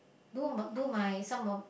do m~ do my some of